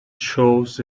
shows